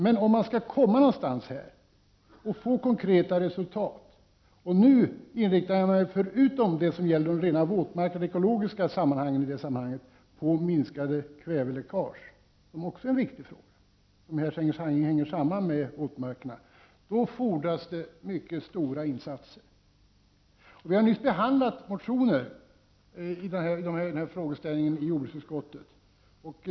Men om man skall komma någonstans och få till stånd ett konkret resultat fordras det mycket stora insatser. Jag tänker nu på minskade kväveläckage, som, förutom de ekologiska sammanhangen när det gäller de rena våtmarkerna, är den viktigaste frågan som hänger samman med våtmarkerna. Vi har nyss i jordbruksutskottet behandlat motioner i detta ämne.